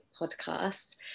podcast